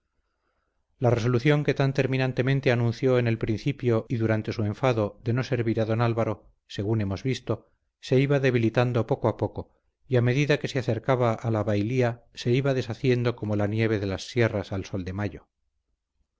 la resolución que tan terminantemente anunció en el principio y durante su enfado de no servir a don álvaro según hemos visto se iba debilitando poco a poco y a medida que se acercaba a la bailía se iba deshaciendo como la nieve de las sierras al sol de mayo